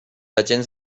agents